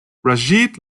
rashid